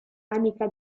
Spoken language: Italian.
amica